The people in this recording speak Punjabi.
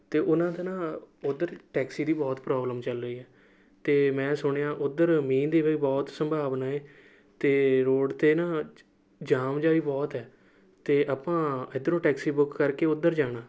ਅਤੇ ਉਹਨਾਂ ਦੇ ਨਾ ਉੱਧਰ ਟੈਕਸੀ ਦੀ ਬਹੁਤ ਪਰੋਬਲਮ ਚੱਲ ਰਹੀ ਏ ਅਤੇ ਮੈਂ ਸੁਣਿਆ ਉੱਧਰ ਮੀਂਹ ਦੀ ਵੀ ਬਹੁਤ ਸੰਭਾਵਨਾ ਏ ਅਤੇ ਰੋਡ 'ਤੇ ਨਾ ਜਾਮ ਜਿਹਾ ਵੀ ਬਹੁਤ ਏ ਅਤੇ ਆਪਾਂ ਇੱਧਰੋਂ ਟੈਕਸੀ ਬੁੱਕ ਕਰਕੇ ਉੱਧਰ ਜਾਣਾ